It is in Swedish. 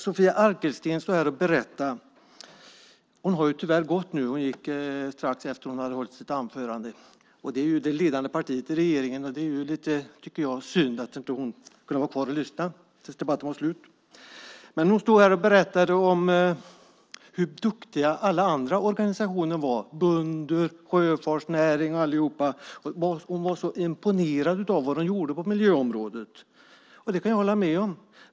Sofia Arkelsten har tyvärr gått nu. Hon gick strax efter det att hon hade hållit sitt anförande. Hon tillhör ju det ledande partiet i regeringen, och jag tycker att det är lite synd att hon inte kunde vara kvar och lyssna till dess att debatten var slut. Hon stod här och berättade hur duktiga alla andra organisationer är - bönder, sjöfartsnäring och allihop. Hon var så imponerad av vad de gör på miljöområdet. Jag kan hålla med om det.